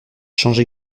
change